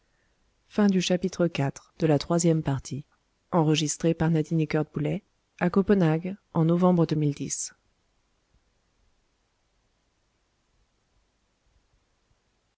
en fin de